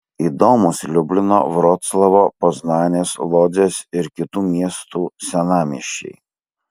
įdomūs liublino vroclavo poznanės lodzės ir kitų miestų senamiesčiai